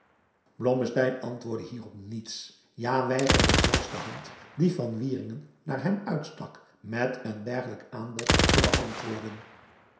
antwoordde hierop niets ja weigerde zelfs de hand die van wieringen naar hem uitstak met een dergelijk aanbod te beantwoorden